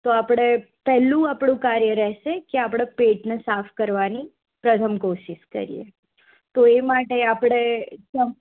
તો આપણે પહેલું આપણું કાર્ય રહેશે કે આપણે પેટને સાફ કરવાની પ્રથમ કોશીશ કરીએ તો એ માટે આપણે